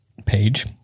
page